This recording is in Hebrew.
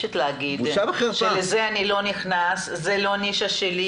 כי יגיע יום שנצטרך לחזור לשם.